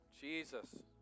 Jesus